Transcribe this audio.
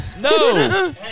No